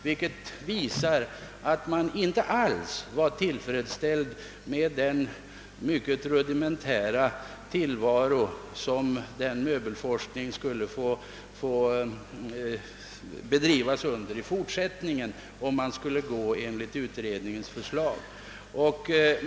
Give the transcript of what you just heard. Det visar att man inte alls var tillfredsställd med den mycket rudimentära tillvaro, som möbelforskning skulle få i fortsättningen, om utredningens förslag skulle följas.